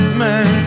man